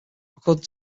according